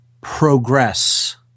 progress